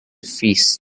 feast